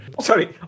Sorry